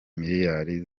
miliyari